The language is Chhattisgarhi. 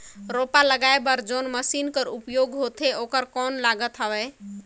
रोपा लगाय बर जोन मशीन कर उपयोग होथे ओकर कौन लागत हवय?